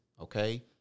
okay